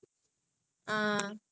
ya I have seen her before